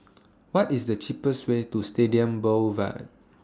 What IS The cheapest Way to Stadium Boulevard